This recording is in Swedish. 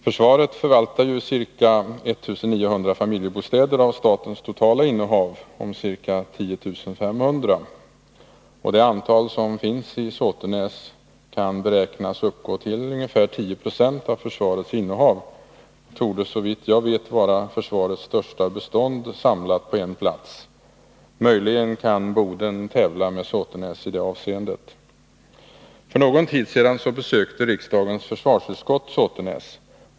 Försvaret förvaltar ca 1 900 familjebostäder av statens totala innehav av ca 10 500. Det antal som finns i Såtenäs kan beräknas uppgå till omkring 10 26 av försvarets innehav. Det torde såvitt jag vet vara försvarets största bestånd samlat på en plats, möjligen kan Boden ta upp tävlan. För någon tid sedan besökte riksdagens försvarsutskott Såtenäs.